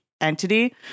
entity